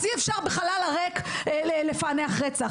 אז אי אפשר בחלל הריק לפענח רצח.